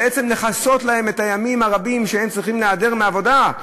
לכסות להם את הימים הרבים שהם צריכים להיעדר מהעבודה,